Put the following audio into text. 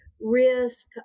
risk